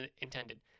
intended